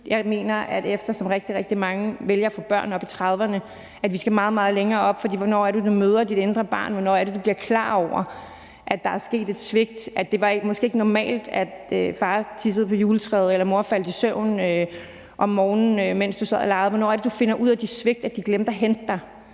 ved 25. Eftersom rigtig, rigtig mange vælger at få børn oppe i 30'erne, mener jeg, at vi skal meget, meget længere op, for hvornår er det, du møder dit indre barn? Hvornår er det, du bliver klar over, at der er sket et svigt; at det måske ikke var normalt, at far tissede på juletræet eller mor faldt i søvn om morgenen, mens du sad og legede? Hvornår er det, du finder ud af de svigt, at de glemte at hente dig?